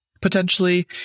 potentially